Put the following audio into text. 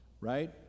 Right